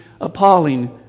appalling